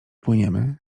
płyniemy